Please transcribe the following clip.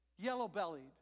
yellow-bellied